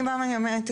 אני באה ואני אומרת,